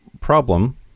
problem